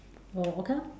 oh okay lor